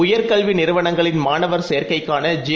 உயர்கல்விநிறுவனங்களின்மாணவர்சேர்க்கைக்கானஜே